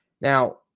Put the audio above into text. Now